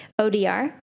ODR